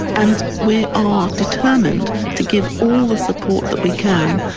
and we are determined to give all the support that we can,